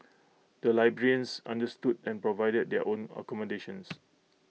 the librarians understood and provided their own accommodations